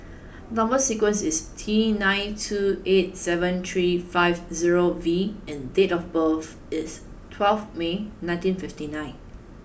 number sequence is T nine two eight seven three five zero V and date of birth is twelve May nineteen fifty nine